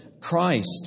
Christ